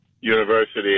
University